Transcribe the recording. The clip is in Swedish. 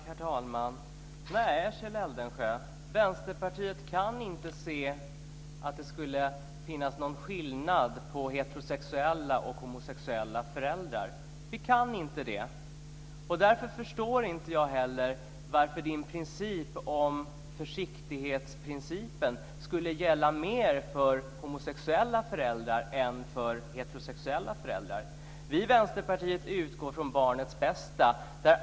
Herr talman! Nej, Kjell Eldensjö, Vänsterpartiet kan inte se att det skulle finnas någon skillnad på heterosexuella och homosexuella föräldrar. Därför förstår jag inte heller varför försiktighetsprincipen skulle gälla mer för homosexuella föräldrar än för heterosexuella föräldrar. Vi i Vänsterpartiet utgår från barnets bästa.